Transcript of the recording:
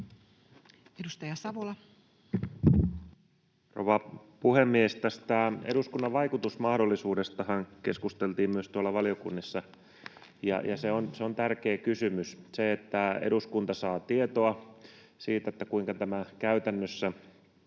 Arvoisa rouva puhemies! Tästä eduskunnan vaikutusmahdollisuudestahan keskusteltiin myös tuolla valiokunnissa, ja on tärkeä kysymys se, että eduskunta saa tietoa siitä, kuinka tämä sopimuksen